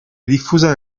diffusa